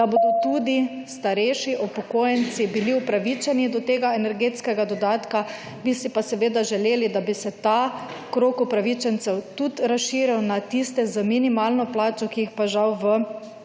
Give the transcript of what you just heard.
razprave/ starejši upokojenci bili opravičeni do tega energetskega dodatka, bi si pa seveda želeli, da bi se ta krog opravičencev tudi razširil na tiste z minimalno plačo, ki jih pa žal v